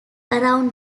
around